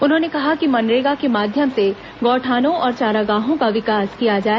उन्होंने कहा कि मनरेगा के माध्यम से गौठानों और चारागाहों का विकास किया जाए